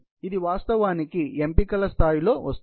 ఇది వాస్తవానికి ఎంపికల స్థాయిలో వస్తుంది